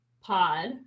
pod